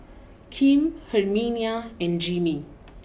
Kim Herminia and Jimmy